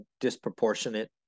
disproportionate